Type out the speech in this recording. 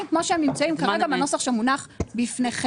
כפי שהם נמצאים כרגע בנוסח שמונח בפניכם.